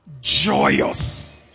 joyous